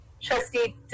Trustee